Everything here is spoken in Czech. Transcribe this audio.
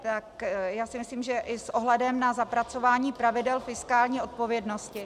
Tak já si myslím, že i s ohledem na zapracování pravidel fiskální odpovědnosti...